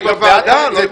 אני בעדם.